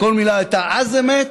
כל מילה הייתה אז אמת,